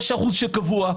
יש אחוז שקבוע.